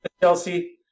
Chelsea